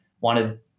wanted